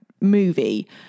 movie